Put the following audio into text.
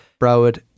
Broward